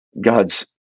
God's